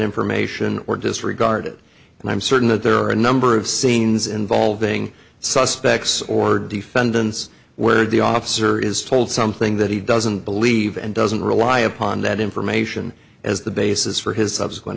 information or disregard it and i'm certain that there are a number of scenes involving suspects or defendants where the officer is told something that he doesn't believe and doesn't rely upon that information as the basis for his subsequent